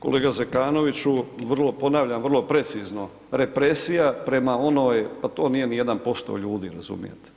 Kolega Zekanoviću, vrlo, ponavljam vrlo precizno, respresija prema onoj, pa to nije ni jedan posto ljudi, razumijete?